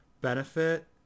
benefit